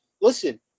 listen